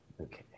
okay